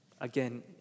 Again